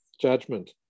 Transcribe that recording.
judgment